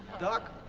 doc,